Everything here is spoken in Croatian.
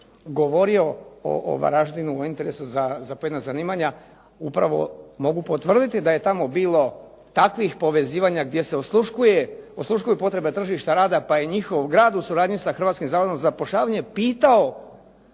Koračević o Varaždinu, o interesu za pojedina zanimanja upravo mogu potvrditi da je tamo bilo takvih povezivanja gdje se osluškuju potrebe tržišta rada. Pa je njihov grad u suradnji sa Hrvatskim zavodom za zapošljavanje pitao